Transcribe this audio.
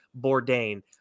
Bourdain